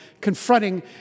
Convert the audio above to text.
confronting